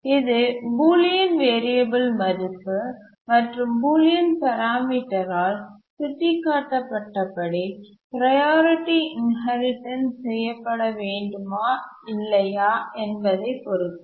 இது பூலியன் வேரியபலின் மதிப்பு மற்றும் பூலியன் பராமீட்டர் ஆல் சுட்டிக்காட்ட பட்டபடி ப்ரையாரிட்டி இன்ஹெரிடன்ஸ் செய்யப்பட வேண்டுமா இல்லையா என்பதைப் பொறுத்தது